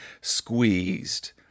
squeezed